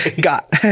GOT